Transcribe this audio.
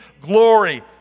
glory